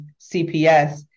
cps